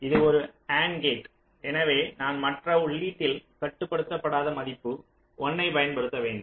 இது ஒரு AND gate எனவே நான் மற்ற உள்ளீட்டில் கட்டுப்படுத்தாத மதிப்பு 1 ஐப் பயன்படுத்த வேண்டும்